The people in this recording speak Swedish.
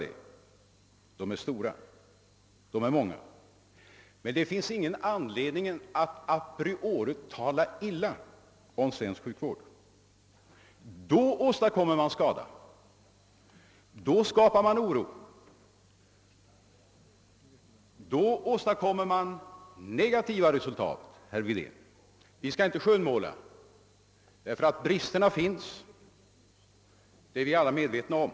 Det finns emellertid ingen anledning att a priori tala illa om svensk sjukvård, ty då åstadkommer man skada, då skapar man oro och då åstadkommer man negativa resultat, herr Wedén. Vi skall inte skönmåla, ty brister finns — det är vi alla medvetna om.